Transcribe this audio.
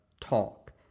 talk